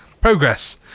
Progress